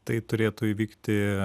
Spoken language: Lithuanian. tai turėtų įvykti